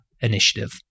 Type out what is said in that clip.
initiative